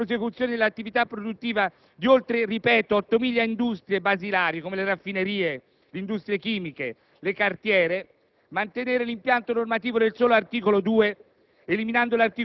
per permettere la prosecuzione dell'attività produttiva di oltre 8.000 industrie basilari (come raffinerie, industrie chimiche, cartiere), mantenere l'impianto normativo del solo articolo 2,